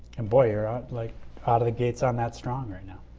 and boy you are out like out of the gates on that strong right now.